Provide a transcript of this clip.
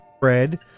Bread